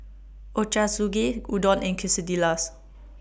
Ochazuke Udon and Quesadillas